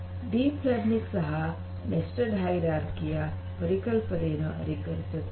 deep learning ಸಹ nested hierarchy ಯ ಪರಿಕಲ್ಪನೆಯನ್ನು ಅನುಸರಿಸುತ್ತದೆ